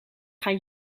gaan